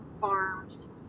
farms